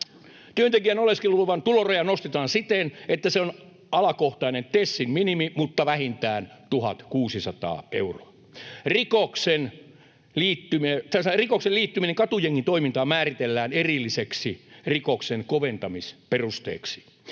Työntekijän oleskeluluvan tulorajaa nostetaan siten, että se on alakohtainen TESin minimi mutta vähintään 1 600 euroa. Rikoksen liittyminen katujengitoimintaan määritellään erilliseksi rikoksen koventamisperusteeksi.